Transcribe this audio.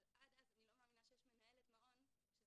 אבל עד אז אני לא חושבת שיש איזה מנהלת מעון -- תתפלאי.